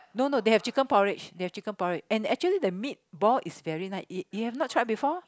no no they have chicken porridge they have chicken porridge and actually the meatball is very nice you you have not tried before